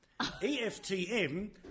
eftm